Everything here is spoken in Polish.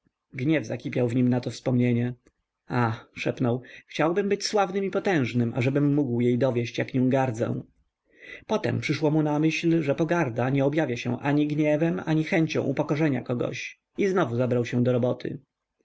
gniew zakipiał w nim na to wspomnienie ach szepnął chciałbym być sławnym i potężnym ażebym mógł jej dowieść jak nią gardzę potem przyszło mu na myśl że pogarda nie objawia się ani gniewem ani chęcią upokorzenia kogoś i znowu zabrał się do roboty